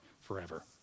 forever